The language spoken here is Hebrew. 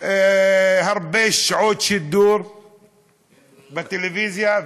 הרבה שעות שידור בטלוויזיה,